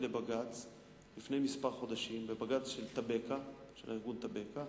לפני כמה חודשים, ובג"ץ של ארגון "טבקה"